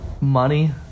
money